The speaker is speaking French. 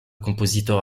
compositeur